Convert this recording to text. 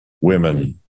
women